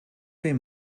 dem